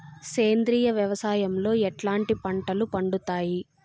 సేంద్రియ వ్యవసాయం లో ఎట్లాంటి పంటలు పండుతాయి